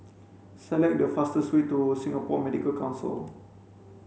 select the fastest way to Singapore Medical Council